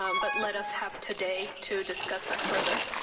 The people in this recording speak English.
um but let us have today to discuss that further.